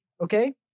Okay